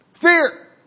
Fear